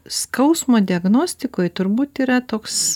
skausmo diagnostikoj turbūt yra toks